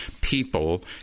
people